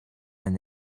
and